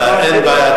אין בעיה,